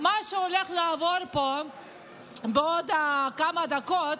החוק שלכם, שהולך לעבור פה בעוד כמה דקות,